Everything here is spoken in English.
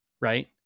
right